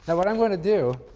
and what i'm going to do,